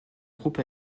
groupe